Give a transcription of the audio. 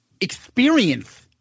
experience